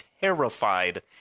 terrified